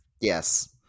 yes